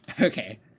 Okay